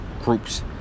groups